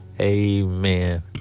amen